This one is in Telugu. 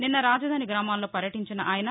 నిన్న రాజధాని గ్రామాల్లో వర్యటించిన ఆయన